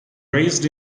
raised